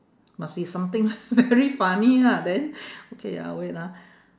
must be something very funny lah then okay ya wait ah